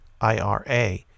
IRA